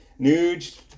Nuge